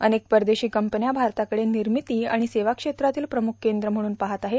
अनेक परदेशी कंपन्या भारताकडे निर्मिती आणि सेवा क्षेत्रातील प्रमुख केंद्र म्हणून पाहत आहे